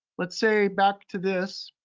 let's say, back to this.